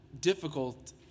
difficult